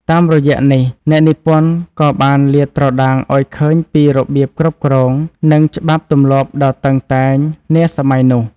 តាមរយៈនេះអ្នកនិពន្ធក៏បានលាតត្រដាងឲ្យឃើញពីរបៀបគ្រប់គ្រង និងច្បាប់ទម្លាប់ដ៏តឹងតែងនាសម័យនោះ។